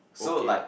so like